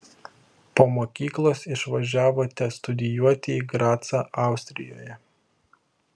po mokyklos išvažiavote studijuoti į gracą austrijoje